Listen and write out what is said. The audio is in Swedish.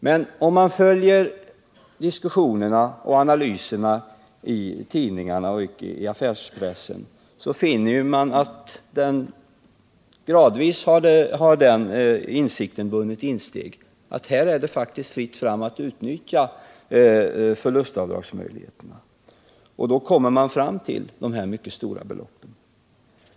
Men om man följer diskussionerna och analyserna i tidningarna och affärspressen, finner man att den insikten gradvis har vunnit insteg att här är det faktiskt fritt fram att utnyttja förlustavdragsmöjligheterna, och man kommer fram till att det gäller mycket stora belopp.